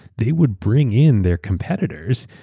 they would bring in their competitors,